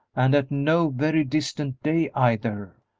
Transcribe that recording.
and at no very distant day, either.